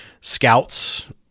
scouts